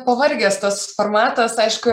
pavargęs tas formatas aišku